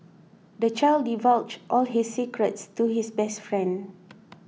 the child divulged all his secrets to his best friend